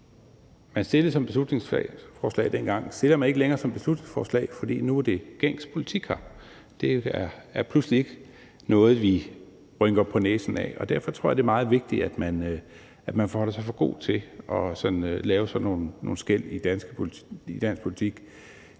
fremsat som beslutningsforslag, fremsætter man ikke længere som beslutningsforslag, for nu er det gængs politik. Det er pludselig ikke noget, vi rynker på næsen ad. Derfor tror jeg, at det er meget vigtigt, at man holder sig for god til at lave sådan nogle skel i dansk politik.